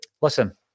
Listen